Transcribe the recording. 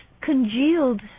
congealed